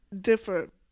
different